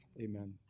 Amen